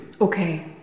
Okay